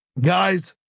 guys